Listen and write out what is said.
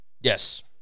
Yes